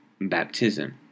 baptism